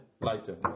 lighter